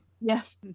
Yes